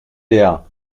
dea